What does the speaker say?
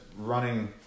running